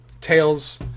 tails